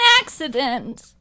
accident